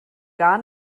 gar